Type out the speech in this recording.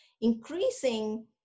increasing